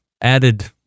added